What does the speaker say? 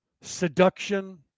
Seduction